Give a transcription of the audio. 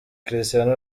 cristiano